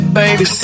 baby